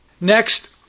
Next